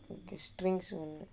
okay strings so